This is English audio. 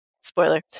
Spoiler